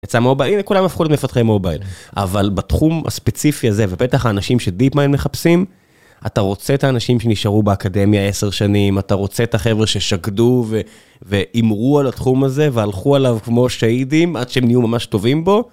יצא מובייל, הנה כולם הפכו למפתחי מובייל, אבל בתחום הספציפי הזה, ובטח האנשים שדיפ מיינד מחפשים, אתה רוצה את האנשים שנשארו באקדמיה 10 שנים, אתה רוצה את החבר'ה ששקדו והימרו על התחום הזה, והלכו עליו כמו שאהידים עד שהם נהיו ממש טובים בו.